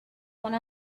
one